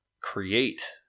create